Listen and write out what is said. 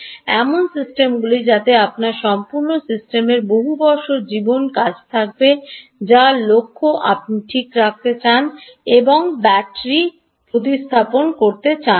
এমন সিস্টেমগুলি যাতে আপনার সম্পূর্ণ সিস্টেমের বহুবর্ষজীবন কাজ থাকবে যা লক্ষ্য আপনি ঠিক রাখতে চান না এবং ব্যাটারি প্রতিস্থাপন করতে চান না